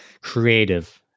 creative